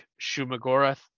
Shumagorath